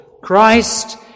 Christ